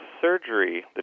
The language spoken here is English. surgery